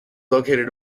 located